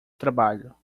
trabalho